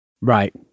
Right